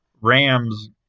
Rams